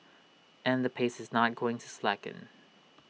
and the pace is not going to slacken